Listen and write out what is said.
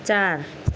चार